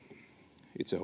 itse